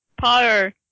power